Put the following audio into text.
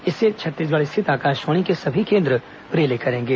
इसे छत्तीसगढ स्थित आकाशवाणी के सभी केंद्र रिले करेंगे